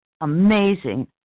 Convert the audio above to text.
amazing